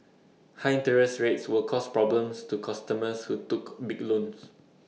high interest rates will cause problems to customers who took big loans